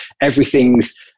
everything's